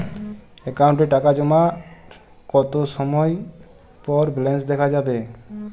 অ্যাকাউন্টে টাকা জমার কতো সময় পর ব্যালেন্স দেখা যাবে?